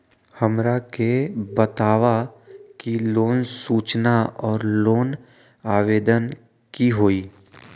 हमरा के बताव कि लोन सूचना और लोन आवेदन की होई?